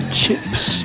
chips